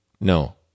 No